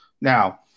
Now